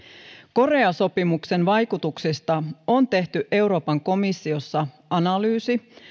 korea sopimuksen vaikutuksista on tehty euroopan komissiossa analyysi